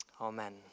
Amen